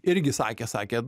irgi sakė sakė